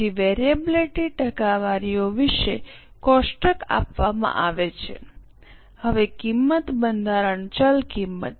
પછી વેરીએબિલીટી ટકાવારીઓ વિશે કોષ્ટક આપવામાં આવે છે હવે કિંમત બંધારણ ચલ કિંમત